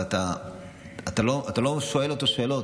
ואתה לא שואל אותו שאלות,